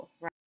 right